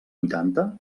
vuitanta